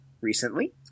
recently